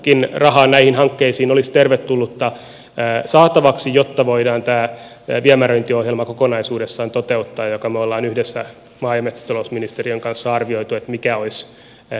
lisääkin rahaa näihin hankkeisiin olisi tervetullutta saatavaksi jotta voidaan tämä viemäröintiohjelma kokonaisuudessaan toteuttaa jonka me olemme yhdessä maa ja metsätalousministeriön kanssa arvioineet mikä olisi tarve